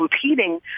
competing